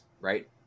right